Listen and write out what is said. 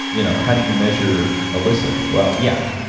you know how do you measure a listen? well, yeah.